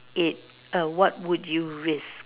it uh what would you risk